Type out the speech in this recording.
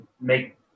make –